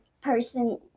person